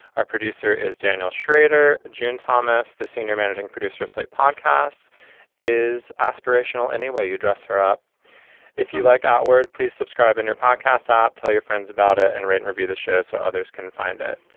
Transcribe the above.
our producer is daniel schrader. june thomas the senior managing producer of site podcasts is aspirational any way you dress her up if you like outward. please subscribe in your podcasts ah app tell your friends about it and written review the show so others can find it.